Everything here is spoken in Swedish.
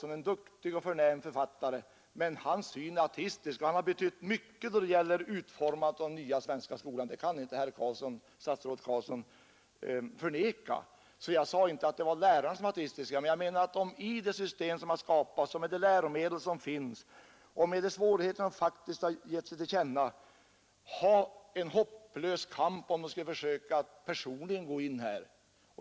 Han är en duktig och förnämlig författare, men hans syn är ateistisk, och han har betytt mycket då det gäller utformandet av den nya svenska skolan — det kan inte statsrådet Carlsson förneka. Jag sade alltså inte att det var lärarna som var ateistiska, men jag menar att de i det system som skapats och med de läromedel som finns och med de svårigheter som faktiskt givit sig till känna har en hopplös kamp, om de skulle försöka personligen gå in här.